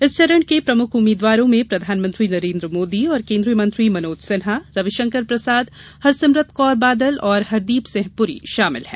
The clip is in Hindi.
इस चरण के प्रमुख उम्मीदवारों में प्रधानमंत्री नरेंद्र मोदी और केंद्रीय मंत्री मनोज सिन्हा रविशंकर प्रसाद हरसिमरत कौर बादल और हरदीप सिंह पुरी शामिल हैं